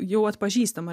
jau atpažįstama